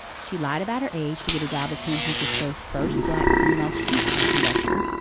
she lied about her age to get a job as san francisco's first black female streetcar conductor